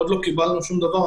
עוד לא קיבלנו שום דבר.